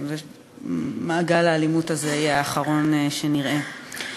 ושמעגל האלימות הזה יהיה האחרון שנראה.